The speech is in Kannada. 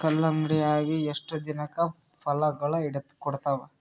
ಕಲ್ಲಂಗಡಿ ಅಗಿ ಎಷ್ಟ ದಿನಕ ಫಲಾಗೋಳ ಕೊಡತಾವ?